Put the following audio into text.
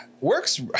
Works